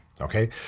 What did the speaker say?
Okay